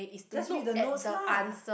just read the notes lah